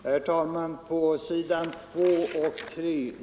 Herr talman!